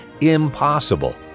impossible